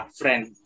friend